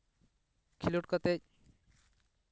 ᱠᱷᱮᱞᱳᱰ ᱠᱟᱛᱮᱜ